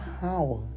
power